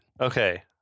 Okay